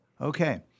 Okay